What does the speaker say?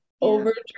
overdressed